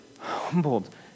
Humbled